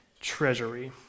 treasury